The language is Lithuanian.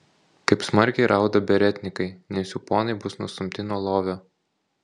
kaip smarkiai rauda beretnikai nes jų ponai bus nustumti nuo lovio